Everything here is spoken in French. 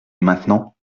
maintenant